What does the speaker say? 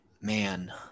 Man